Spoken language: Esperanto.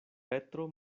petro